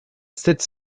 sept